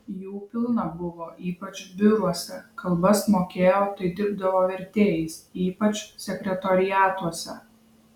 jų pilna buvo ypač biuruose kalbas mokėjo tai dirbdavo vertėjais ypač sekretoriatuose